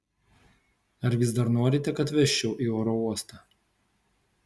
ar vis dar norite kad vežčiau į oro uostą